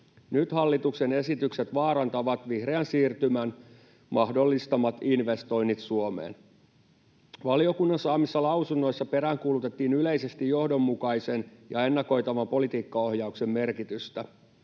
Nyt hallituksen esitykset vaarantavat vihreän siirtymän mahdollistamat investoinnit Suomeen. Valiokunnan saamissa lausunnoissa peräänkuulutettiin yleisesti johdonmukaisen ja ennakoitavan politiikkaohjauksen merkitystä.